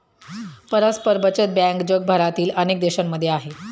परस्पर बचत बँक जगभरातील अनेक देशांमध्ये आहे